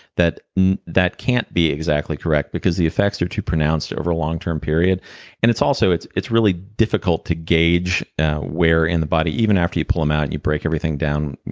that that can't be exactly correct, because the effects are too pronounced over a long-term period and it's also. it's it's really difficult to gauge where in the body. even after you pull them out and you break everything down,